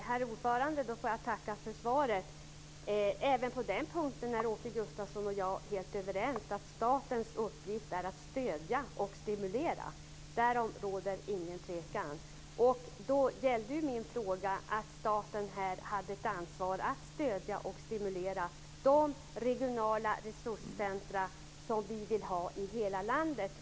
Herr talman! Jag får tacka för svaret. Även på den punkten är Åke Gustavsson och jag helt överens. Statens uppgift är att stödja och stimulera. Därom råder inget tvivel. För att framställa frågan som principiell kan jag säga att jag frågade om staten har ett ansvar för att stödja och stimulera de regionala resurscentrum som vi vill ha i hela landet.